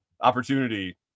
Opportunity